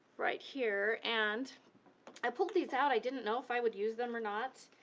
right here, and i pulled these out, i didn't know if i would use them or not,